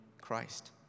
Christ